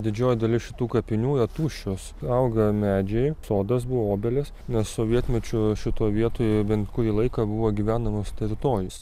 didžioji dalis šitų kapinių yra tuščios auga medžiai sodas buvo obelis nes sovietmečiu šitoj vietoj bent kurį laiką buvo gyvenamos teritorijos